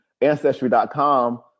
ancestry.com